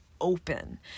open